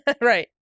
right